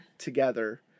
together